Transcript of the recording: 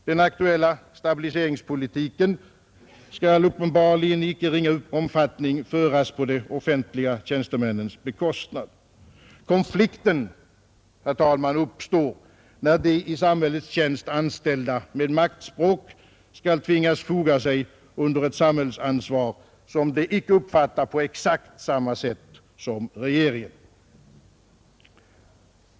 Den aktuella stabiliseringspolitiken skall uppenbarligen i icke ringa omfattning föras på de offentliga tjänstemännens bekostnad. Konflikten, herr talman, uppstår när de i samhällets tjänst anställda med maktspråk skall tvingas foga sig under ett samhällsansvar som de icke uppfattar på exakt samma sätt som regeringen.